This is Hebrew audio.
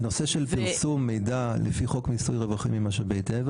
בנושא של פרסום מידע לפי חוק מיסוי רווחים ממשאבי טבע,